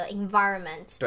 environment